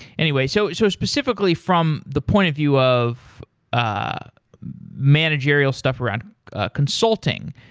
anyway, so so specifically from the point of view of ah managerial stuff around ah consulting,